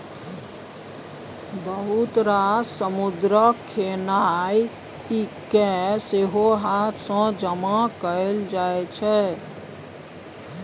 बहुत रास समुद्रक खेनाइ केँ सेहो हाथ सँ जमा कएल जाइ छै